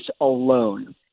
alone